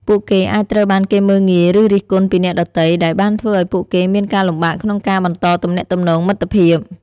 ពួកគេអាចត្រូវបានគេមើលងាយឬរិះគន់ពីអ្នកដទៃ ដែលបានធ្វើឱ្យពួកគេមានការលំបាកក្នុងការបន្តទំនាក់ទំនងមិត្តភាព។